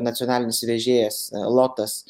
nacionalinis vežėjas lotas